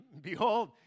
behold